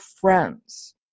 friends